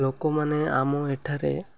ଲୋକମାନେ ଆମ ଏଠାରେ